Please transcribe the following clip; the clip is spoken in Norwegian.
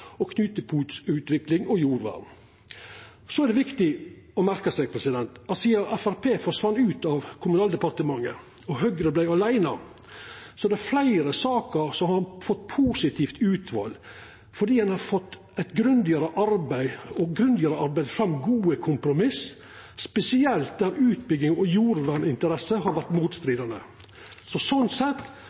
og jordvern. Så er det viktig å merka seg at sidan Framstegspartiet forsvann ut av Kommunaldepartementet og Høgre vart åleine, er det fleire saker som har fått positivt utfall fordi ein grundig har arbeidd fram gode kompromiss spesielt der utbyggings- og jordverninteressene har vore motstridande. Slik sett